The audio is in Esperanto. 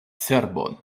cerbon